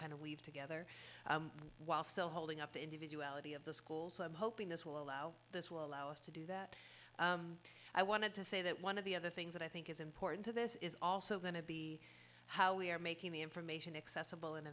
kind of weave together while still holding up the individuality of the schools i'm hoping this will allow this will allow us to do that i wanted to say that one of the other things that i think is important to this is also going to be how we are making the information accessible and